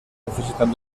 necesitan